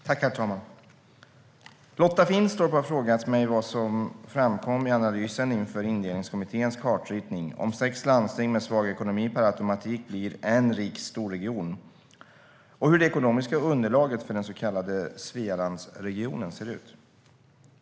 Herr talman! Lotta Finstorp har frågat mig vad som framkom i analysen inför Indelningskommitténs kartritning, om sex landsting med svag ekonomi per automatik blir en rik storregion och hur det ekonomiska underlaget för den så kallade Svealandsregionen ser ut.